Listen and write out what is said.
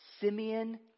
Simeon